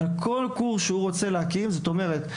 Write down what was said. זאת אומרת,